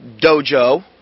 dojo